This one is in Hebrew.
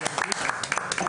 אתה מגיע מנהריה.